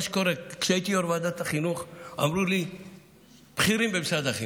כשהייתי יו"ר ועדת החינוך אמרו לי בכירים במשרד החינוך: